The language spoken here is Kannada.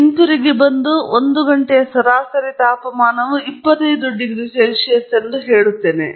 ಮತ್ತು ನಾನು ಹಿಂತಿರುಗಿ ಬಂದು ಒಂದು ಗಂಟೆಯ ಸರಾಸರಿ ತಾಪಮಾನವು 25 ಡಿಗ್ರಿ ಸೆಲ್ಷಿಯಸ್ ಎಂದು ಹೇಳಿದೆ